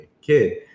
kid